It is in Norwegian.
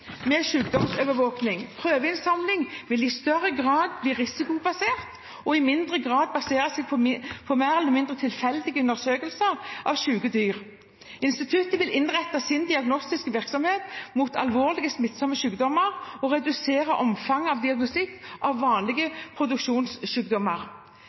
Prøveinnsamling vil i større grad bli risikobasert og i mindre grad basere seg på mer eller mindre tilfeldige undersøkelser av syke dyr. Instituttet vil innrette sin diagnostiske virksomhet mot alvorlige, smittsomme sykdommer og redusere omfanget av diagnostikk av